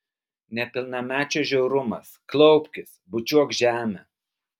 nepilnamečio žiaurumas klaupkis bučiuok žemę